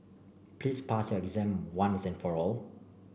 please pass your exam once and for all